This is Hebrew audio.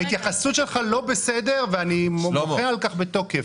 ההתייחסות שלך לא בסדר ואני מוחה על כך בתוקף.